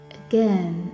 again